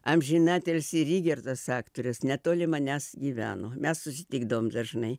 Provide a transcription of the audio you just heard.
amžinatilsį rygertas aktorius netoli manęs gyveno mes susitikdavom dažnai